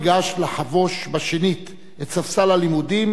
ניגש לחבוש שנית את ספסל הלימודים,